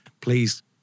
please